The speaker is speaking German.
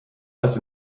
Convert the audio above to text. als